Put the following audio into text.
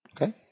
Okay